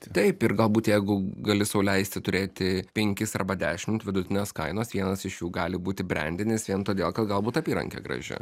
taip ir galbūt jeigu gali sau leisti turėti penkis arba dešimt vidutinės kainos vienas iš jų gali būti brendinis vien todėl kad galbūt apyrankė graži